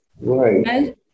Right